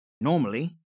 Normally